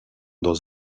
dans